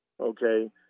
Okay